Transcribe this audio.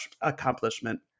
accomplishment